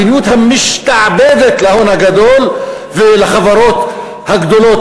מדיניות המשתעבדת להון הגדול ולחברות הגדולות,